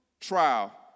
trial